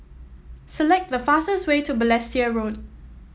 select the fastest way to Balestier Road